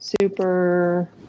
Super